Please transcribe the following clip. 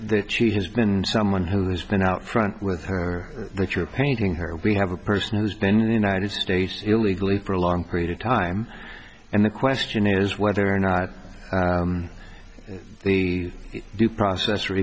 that she has been someone who's been out front with her that you're painting her we have a person who's been in the united states illegally for a long period of time and the question is whether or not the due process or